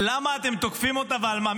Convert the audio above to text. למה אתם תוקפים אותה ועל מה?